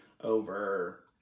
over